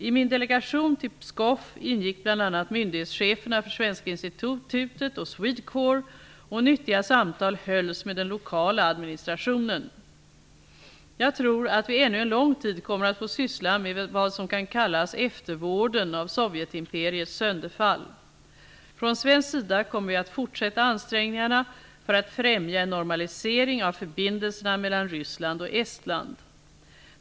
I min delegation till Pskov ingick bl.a. myndighetscheferna för Svenska Institutet och Swedecorp, och nyttiga samtal hölls med den lokala administrationen. Jag tror att vi ännu en lång tid kommer att få syssla med vad som kan kallas eftervården av sovjetimperiets sönderfall. Från svensk sida kommer vi att fortsätta ansträngningarna för att främja en normalisering av förbindelserna mellan Ryssland och Estland.